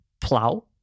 plow